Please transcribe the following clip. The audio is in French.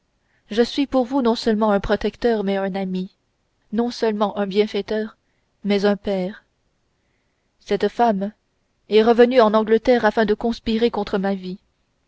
je suis pour vous non seulement un protecteur mais un ami non seulement un bienfaiteur mais un père cette femme est revenue en angleterre afin de conspirer contre ma vie